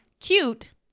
Cute